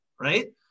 right